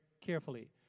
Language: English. carefully